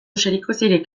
zerikusirik